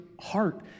heart